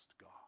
God